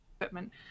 equipment